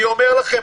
אני אומר לכם,